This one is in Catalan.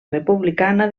republicana